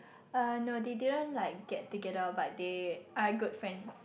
uh no they didn't like get together but they are good friends